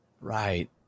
Right